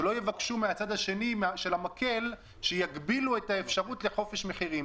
שלא יבקשו מהצד השני של המקל שיגבילו את האפשרות לחופש מחירים.